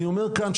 אני אומר כאן,